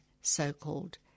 so-called